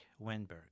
Wenberg